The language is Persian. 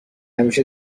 همیشه